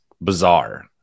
bizarre